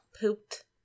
pooped